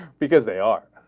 because they are